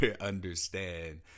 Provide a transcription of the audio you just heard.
understand